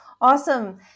Awesome